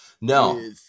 No